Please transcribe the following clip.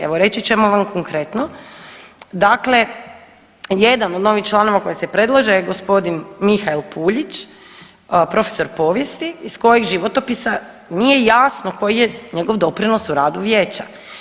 Evo reći ćemo vam konkretno, dakle jedan od ovih članova koji se predlaže je gospodin Mihael Puljić profesor povijesti iz kojeg životopisa nije jasno koji je njegov doprinos u radu vijeća.